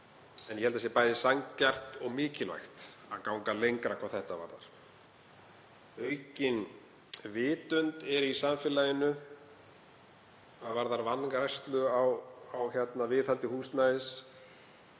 Ég held að það sé bæði sanngjarnt og mikilvægt að ganga lengra hvað það varðar. Aukin vitund er í samfélaginu hvað varðar vanrækslu á viðhaldi húsnæðis